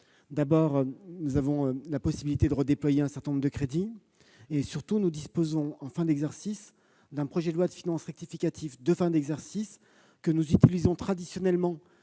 effet, nous avons la possibilité de redéployer un certain nombre de crédits. Surtout, nous disposons d'un projet de loi de finances rectificative de fin d'exercice, que nous utilisons traditionnellement